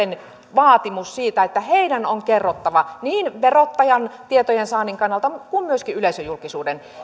vaatimus siitä että heidän on kerrottava niin verottajan tietojensaannin kannalta kuin myöskin yleisöjulkisuuden